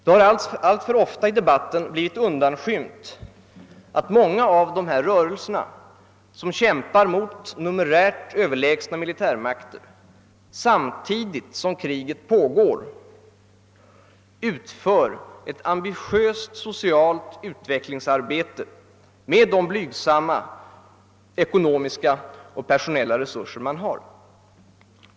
Det har alltför ofta i debatten blivit undanskymt att många av dessa rörelser, som kämpar mot numerärt Ööverlägsna militärmakter, samtidigt som kriget pågår utför ett ambitiöst socialt utvecklingsarbete med de blygsamma ekonomiska och personella resurser man har.